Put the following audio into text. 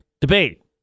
debate